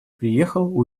приехал